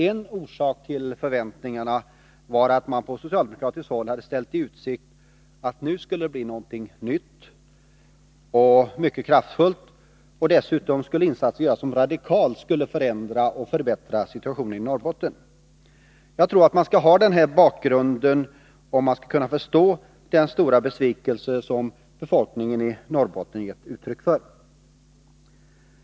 En orsak till förväntningarna var att man på socialdemokratiskt håll hade ställt i utsikt att det nu skulle bli något nytt och mycket kraftfullt, och dessutom skulle insatser göras som radikalt skulle förändra och förbättra situationen i Norrbotten. Jag tror att man skall känna till bakgrunden om man skall kunna förstå den stora besvikelse som befolkningen i Norrbotten har gett uttryck för.